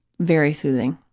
very soothing.